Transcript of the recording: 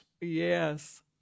Yes